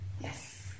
Yes